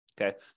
Okay